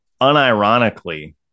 unironically